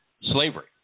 slavery